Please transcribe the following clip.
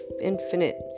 infinite